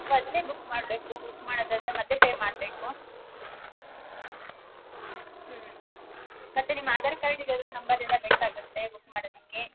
ಮೊದ್ಲೇ ಬುಕ್ ಮಾಡಬೇಕು ಬುಕ್ ಮಾಡೋದಾದ್ರೆ ಮೊದ್ಲೇ ಪೇ ಮಾಡಬೇಕು ಹ್ಞೂ ಮತ್ತು ನಿಮ್ಮ ಆಧಾರ್ ಕಾರ್ಡಿದೆಲ್ಲ ನಂಬರೆಲ್ಲ ಬೇಕಾಗುತ್ತೆ ಬುಕ್ ಮಾಡೋದಿಕ್ಕೆ